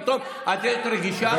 פתאום נהיית רגישה?